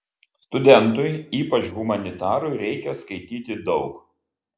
studentui ypač humanitarui reikia skaityti daug